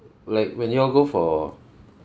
like when you all go for